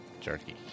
Jerky